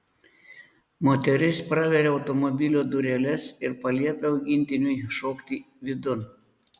moteris praveria automobilio dureles ir paliepia augintiniui šokti vidun